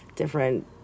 different